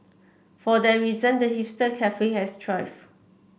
for that reason the hipster cafe has thrived